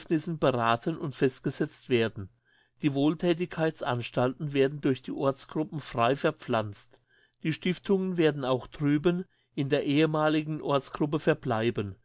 berathen und festgesetzt werden die wohlthätigkeitsanstalten werden durch die ortsgruppen frei verpflanzt die stiftungen werden auch drüben in der ehemaligen ortsgruppe verbleiben